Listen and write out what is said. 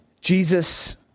Jesus